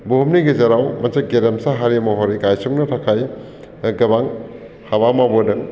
बुहुमनि गेजेराव मोनसे गेरेमसा हारि महरै गायसननो थाखाय गोबां हाबा मावबोदों